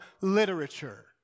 literature